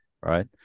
right